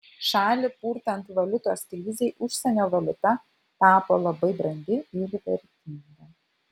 šalį purtant valiutos krizei užsienio valiuta tapo labai brangi ir vertinga